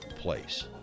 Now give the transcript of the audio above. place